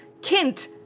Kint